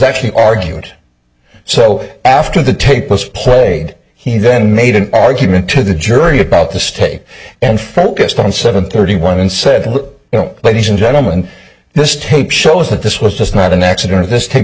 actually argued so after the tape was played he then made an argument to the jury about the stay and focused on seven thirty one and said you know ladies and gentlemen this tape shows that this was just not an accident this tape